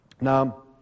Now